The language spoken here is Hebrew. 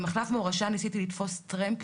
במחלף מורשה ניסיתי לתפוס טרמפ.